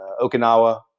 Okinawa